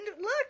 look